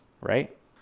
right